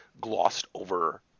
glossed-over